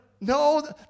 No